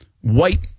white